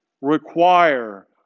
require